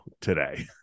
today